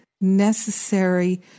necessary